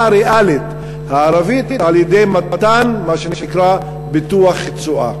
הריאלית הערבית על-ידי מתן מה שנקרא ביטוח תשואה.